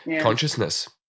Consciousness